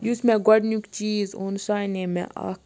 یُس مےٚ گۄڈٕنیُک چیٖز اوٚن سُہ اَنے مےٚ اَکھ